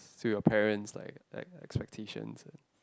to your parents like like expectations and